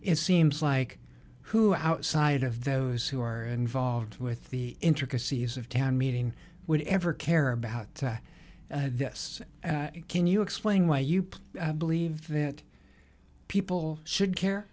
it seems like who outside of those who are involved with the intricacies of town meeting would ever care about this can you explain why you please believe that people should care